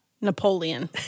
Napoleon